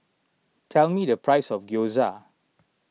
tell me the price of Gyoza